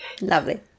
Lovely